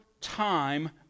time